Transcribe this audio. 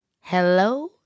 Hello